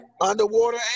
underwater